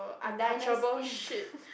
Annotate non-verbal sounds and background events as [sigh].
dynasty [laughs]